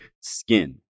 skin